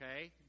Okay